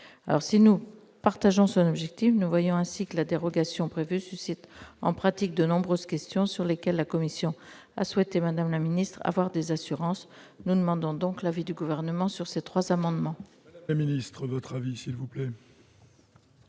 Si nous partageons son objectif, nous voyons que la dérogation prévue dans le texte suscite en pratique de nombreuses questions, sur lesquelles la commission a souhaité avoir des assurances. Nous demandons donc l'avis du Gouvernement sur ces trois amendements.